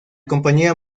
compañía